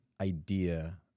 idea